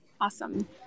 Awesome